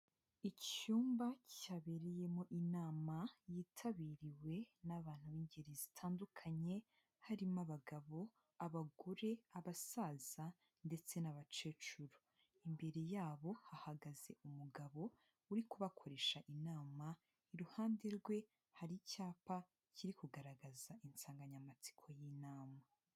Icyumba cyabereyemo inama yitabiriwe n'abantu b'ingeri zitandukanye, harimo abagabo abagore, abasaza ndetse n'abakecuru, imbere yabo hahagaze umugabo uri kubakoresha inama, iruhande rwe hari icyapa kiri kugaragaza insanganyamatsiko y'inama.